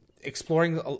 exploring